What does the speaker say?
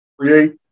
create